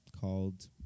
called